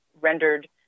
rendered